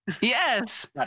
Yes